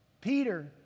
Peter